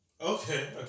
okay